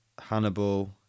Hannibal